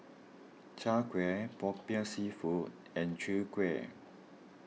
Chai Kuih Popiah Seafood and Chwee Kueh